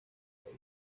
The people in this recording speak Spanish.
país